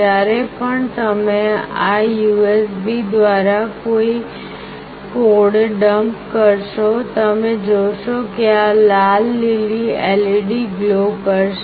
જ્યારે પણ તમે આ USB દ્વારા કોઈ કોડ ડમ્પ કરશો તમે જોશો કે આ લાલલીલી LED ગ્લો કરશે